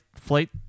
flight